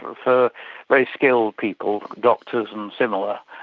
for for very skilled people, doctors and similar,